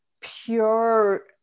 pure